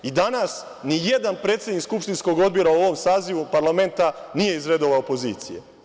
I, danas, ni jedan predsednik skupštinskog odbora u ovom sazivu parlamenta nije iz redova opozicije.